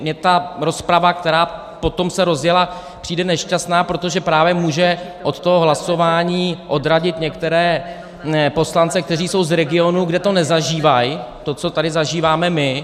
Mně ta rozprava, která se potom rozjela, přijde nešťastná, protože právě může od toho hlasování odradit některé poslance, kteří jsou z regionů, kde nezažívají to, co tady zažíváme my.